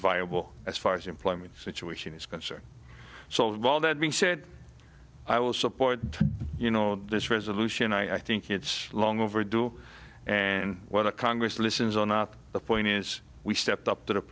viable as far as employment situation is concerned so of all that being said i will support you know this resolution i think it's long overdue and what congress listens or not the point is we stepped up to the